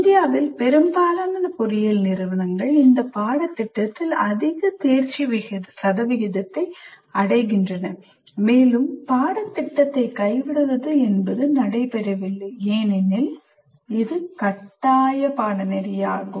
இந்தியாவில் பெரும்பாலான பொறியியல் நிறுவனங்கள் இந்த பாடத்திட்டத்தில் அதிக தேர்ச்சி சதவீதத்தை அடைகின்றன மேலும் பாடத்திட்டத்தை கைவிடுவது என்பது நடைபெறவில்லை ஏனெனில் அது கட்டாய பாடநெறி ஆகும்